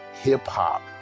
hip-hop